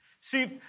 See